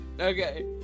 Okay